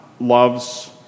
loves